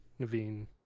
Naveen